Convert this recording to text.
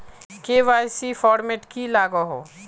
KYC format की लागोहो?